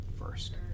first